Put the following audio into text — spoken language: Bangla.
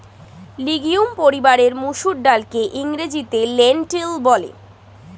লিগিউম পরিবারের মুসুর ডালকে ইংরেজিতে লেন্টিল বলে